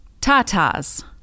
Tatas